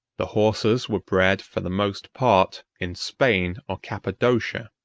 the horses were bred, for the most part, in spain or cappadocia.